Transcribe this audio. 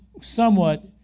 somewhat